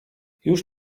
już